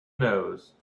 nose